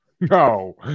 no